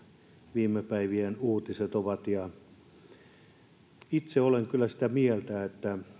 viime päivien uutiset ovat olleet itse olen kyllä sitä mieltä että